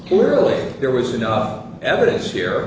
clearly there was enough evidence here